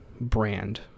brand